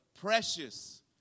precious